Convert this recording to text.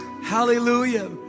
Hallelujah